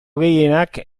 gehienak